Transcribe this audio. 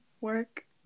work